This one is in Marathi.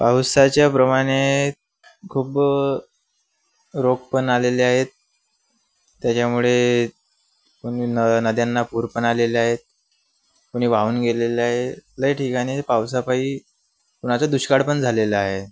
पावसाच्या प्रमाणे खूप रोग पण आलेले आहेत त्याच्यामुळे कोणी न नद्यांना पूर पण आलेले आहेत कोणी वाहून गेलेले आहे लई ठिकाणी पावसापाई कोणाचा दुष्काळ पण झालेला आहे